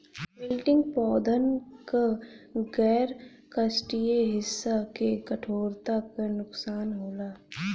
wilting पौधन क गैर काष्ठीय हिस्सा के कठोरता क नुकसान होला